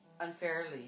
unfairly